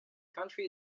country